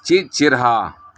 ᱪᱮᱫ ᱪᱮᱦᱨᱟ